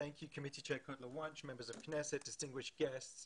נהדר להיות כאן ולראות את הקבוצה הנהדרת הזאת שהתקבצה ביחד.